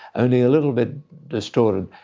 only a little bit distorted.